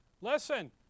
listen